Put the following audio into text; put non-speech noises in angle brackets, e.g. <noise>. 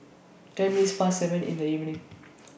ten <noise> minutes Past seven in The evening <noise>